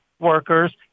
Workers